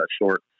short